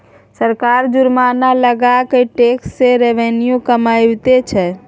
सरकार जुर्माना लगा कय टैक्स सँ रेवेन्यू कमाबैत छै